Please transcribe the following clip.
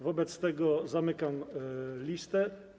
Wobec tego zamykam listę.